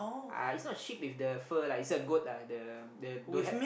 ah it's not sheep with the fur lah it's a goat lah the the don't have